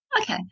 Okay